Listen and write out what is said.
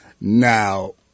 now